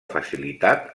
facilitat